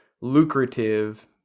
lucrative